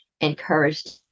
encouraged